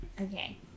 Okay